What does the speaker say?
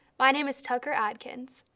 my name is tucker adkins.